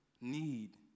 Need